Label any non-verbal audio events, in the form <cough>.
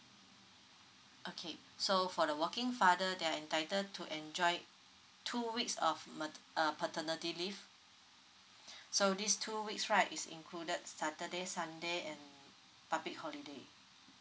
okay so for the working father they are entitled to enjoy two weeks of mat~ uh paternity leave <breath> so these two weeks right is included saturday sunday and public holiday